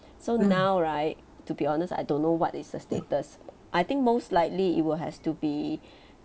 so now right to be honest I don't know what is the status I think most likely it will has to be